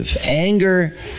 Anger